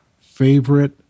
favorite